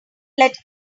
let